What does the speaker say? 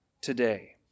today